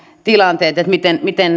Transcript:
tilanteet miten miten